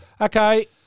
Okay